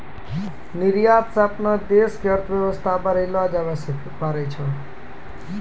निर्यात स अपनो देश के अर्थव्यवस्था बढ़ैलो जाबैल पारै छै